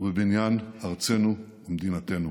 ובבניין ארצנו ומדינתנו.